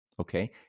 okay